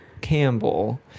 Campbell